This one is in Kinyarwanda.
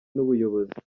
n’ubuyobozi